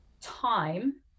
time